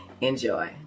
Enjoy